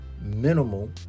minimal